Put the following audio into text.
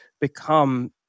become